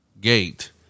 gate